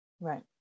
Right